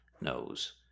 knows